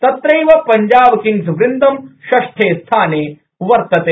तत्रैव पंजाब किंग्सवन्दं षष्ठे स्थाने वर्तते